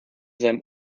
seinem